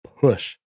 push